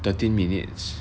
thirteen minutes